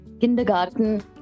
kindergarten